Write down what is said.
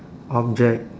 object